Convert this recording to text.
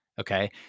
Okay